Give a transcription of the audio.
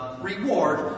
reward